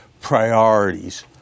priorities